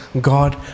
God